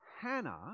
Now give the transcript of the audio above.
Hannah